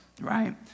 right